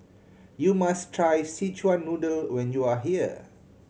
you must try Szechuan Noodle when you are here